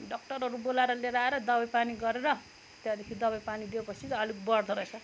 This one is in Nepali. डक्टरहरू बोलाएर लिएर आएर दबाई पानी गरेर त्यहाँदेखि दबाई पानी दिएपछि चाहिँ अलिक बढ्दो रहेछ